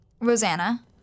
Rosanna